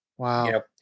Wow